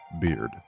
Beard